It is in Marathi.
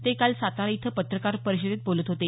ते काल सातारा इथं पत्रकार परिषदेत बोलत होते